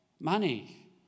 money